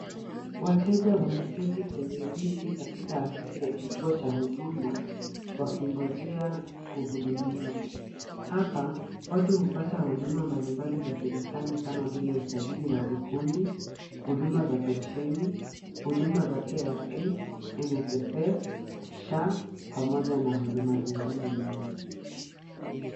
Wateja wameketi kwenye viti katika ifisi ya kituo cha huduma wakingojea kuhudumiwa. Hapa, watu hupata huduma mbalimbali za serikali kama vile usajili wa vikundi, huduma za pensheni, huduma za KRA, NSSF, SHA, pamoja na huduma zingine nyingi.